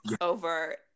over